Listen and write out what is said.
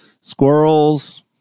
Squirrels